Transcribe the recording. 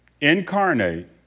incarnate